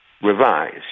Revised